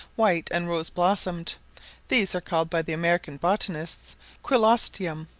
white and rose-blossomed these are called by the american botanists quilostium.